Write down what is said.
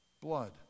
blood